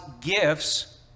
gifts